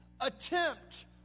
Attempt